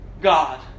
God